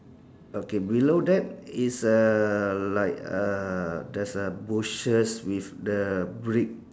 okay below that is a like a there's a bushes with the brick